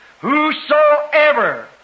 Whosoever